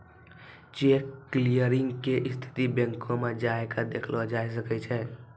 cheque clearing के स्थिति बैंको मे जाय के देखलो जाय सकै छै